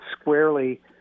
squarely